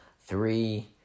three